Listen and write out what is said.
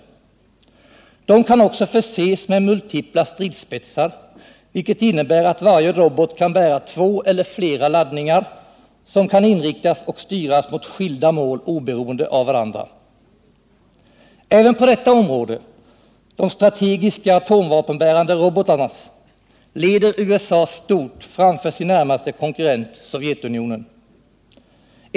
Robotarna kan också förses med multipla stridsspetsar, vilket innebär att de kan bära två eller flera laddningar, vilka kan inriktas och styras mot skilda mål oberoende av varandra. Även på detta område, de strategiska atomvapenbärande robotarnas område, leder USA stort framför sin närmaste konkurrent, Sovjetunionen.